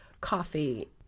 coffee